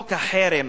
חוק החרם,